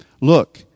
look